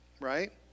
right